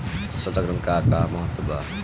फसल चक्रण क का महत्त्व बा?